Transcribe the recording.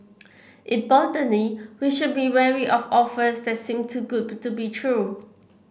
importantly we should be wary of offers that seem too good to be true